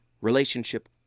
Relationship